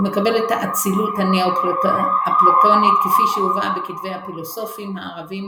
הוא מקבל את האצילות הנאופלטונית כפי שהובאה בכתבי הפילוסופים הערבים